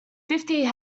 fifty